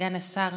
סגן השר,